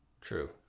True